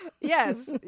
Yes